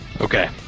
Okay